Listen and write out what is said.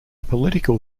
political